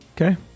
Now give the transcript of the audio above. Okay